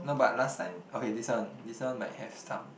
no but last time okay this one this one might have some